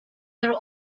your